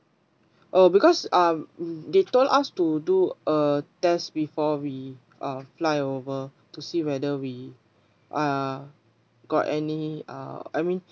oh because uh they told us to do a test before we uh flyover to see whether we uh got any uh I mean